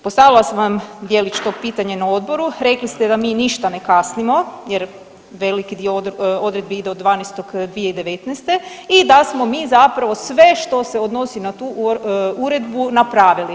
Postavila sam vam djelić tog pitanja odboru, rekli ste da mi ništa ne kasnimo jer veliki dio odredbi ide od 12. 2019. i da smo mi zapravo sve što se odnosi na tu uredbu napravili.